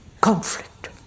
conflict